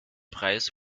preis